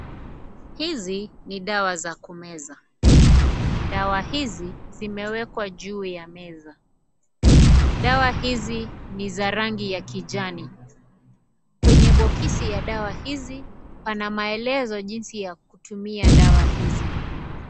Hizi ni dawa za kumeza. Dawa hizi, zimewekwa juu ya meza. Dawa hizi ni za rangi ya kijani. Kwenye boksi ya dawa hizi, pana maelezo jinsi ya kutumia dawa hizi.